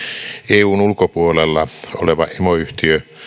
eun ulkopuolella oleva emoyhtiö